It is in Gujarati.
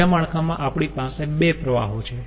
બીજા માળખામાં આપણી પાસે બે પ્રવાહો છે